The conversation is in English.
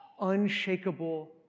unshakable